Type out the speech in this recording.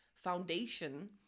foundation